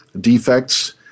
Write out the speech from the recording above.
defects